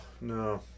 No